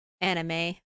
anime